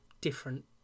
different